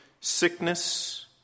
sickness